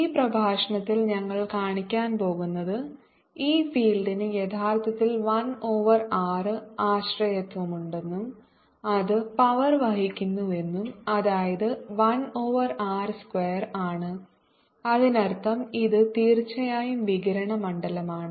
ഈ പ്രഭാഷണത്തിൽ ഞങ്ങൾ കാണിക്കാൻ പോകുന്നത് ഈ ഫീൽഡിന് യഥാർത്ഥത്തിൽ 1 ഓവർ r ആശ്രയത്വമുണ്ടെന്നും അത് പവർ വഹിക്കുന്നുവെന്നും അതായത് 1 ഓവർ r സ്ക്വയർ ആണ് അതിനർത്ഥം ഇത് തീർച്ചയായും വികിരണ മണ്ഡലമാണ്